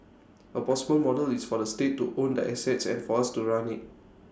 A possible model is for the state to own the assets and for us to run IT